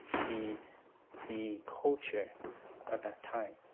the the culture of that time.